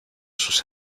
sus